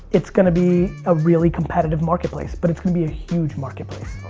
it's gonna be a really competitive marketplace but it's gonna be a huge marketplace.